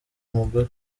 umugore